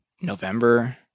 November